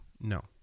No